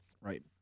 right